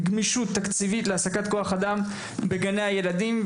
גמישות תקציבית להעסקת כוח אדם בגני הילדים,